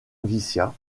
noviciat